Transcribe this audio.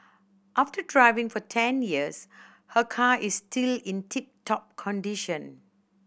after driving for ten years her car is still in tip top condition